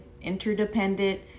interdependent